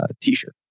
t-shirt